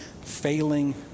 failing